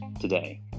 today